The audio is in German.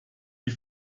die